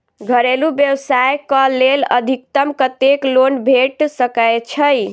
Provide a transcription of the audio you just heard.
घरेलू व्यवसाय कऽ लेल अधिकतम कत्तेक लोन भेट सकय छई?